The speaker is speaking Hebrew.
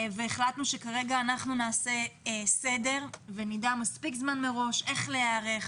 החלטנו שכרגע אנחנו נעשה סדר ונדע מספיק זמן מראש איך להיערך,